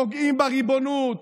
פוגעים בריבונות,